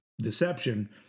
Deception